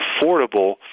affordable